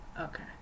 Okay